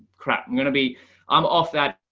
crap, i'm going to be um off that,